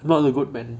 I'm not a good man